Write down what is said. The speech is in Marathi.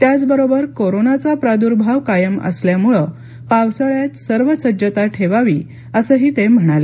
त्याचबरोबर कोरोनाचा प्रादुर्भाव कायम असल्यामुळे पावसाळ्यात सर्व ती सज्जता ठेवावी असंही ते म्हणाले